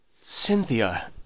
Cynthia